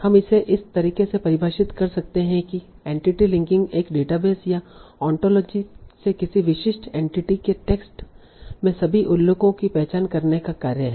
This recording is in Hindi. हम इसे इस तरीके से परिभाषित कर सकते हैं कि एंटिटी लिंकिंग एक डेटाबेस या ऑनटोलोजी से किसी विशिष्ट एंटिटी के टेक्स्ट में सभी उल्लेखों की पहचान करने का कार्य है